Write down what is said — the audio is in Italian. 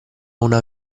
una